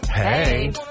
Hey